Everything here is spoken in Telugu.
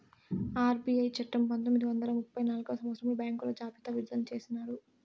ఆర్బీఐ చట్టము పంతొమ్మిది వందల ముప్పై నాల్గవ సంవచ్చరంలో బ్యాంకుల జాబితా విడుదల చేసినారు